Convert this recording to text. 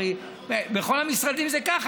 הרי בכל המשרדים זה ככה.